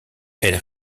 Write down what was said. elles